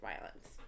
violence